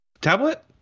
Tablet